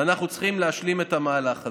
ואנחנו צריכים להשלים את המהלך הזה.